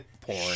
Porn